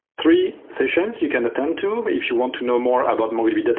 three sessions you can attend to if you want to know more about mongodb